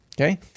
Okay